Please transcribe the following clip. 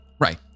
Right